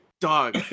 dog